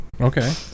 Okay